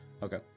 okay